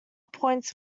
points